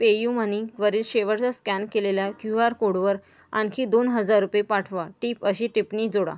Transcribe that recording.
पे U मनीवरील शेवटच्या scan केलेल्या क्यू आर कोडवर आणखी दोन हजार रुपये पाठवा टिप अशी टिप्पणी जोडा